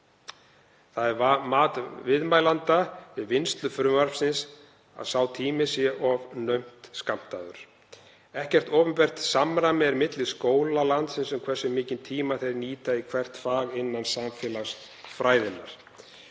Það er mat viðmælenda við vinnslu frumvarpsins að sá tími sé of naumt skammtaður. Ekkert opinbert samræmi er milli skóla landsins um hversu mikinn tíma þeir nýta í hvert fag innan samfélagsfræðinnar.